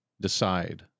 decide